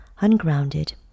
ungrounded